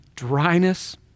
dryness